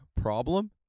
problem